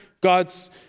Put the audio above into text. God's